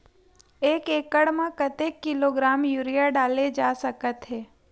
एक एकड़ म कतेक किलोग्राम यूरिया डाले जा सकत हे?